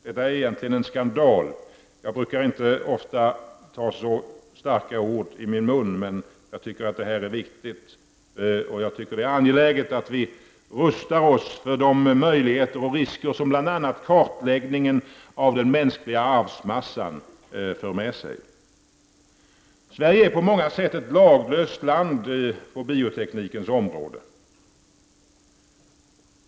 Detta är egentligen en skandal. Jag brukar inte ofta ta så starka ord i min mun, men detta är viktigt. Det är angeläget att vi rustar oss för de möjligheter och risker som bl.a. kartläggningen av den mänskliga arvsmassan för med sig. Sverige är på många sätt ett laglöst land på bioteknikens område.